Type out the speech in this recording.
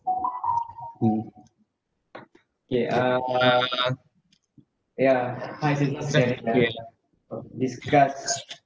K uh yeah discuss